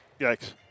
Yikes